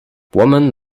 women